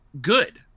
good